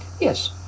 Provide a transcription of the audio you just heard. yes